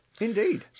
Indeed